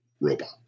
robot